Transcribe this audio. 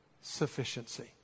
sufficiency